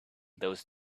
those